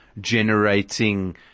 generating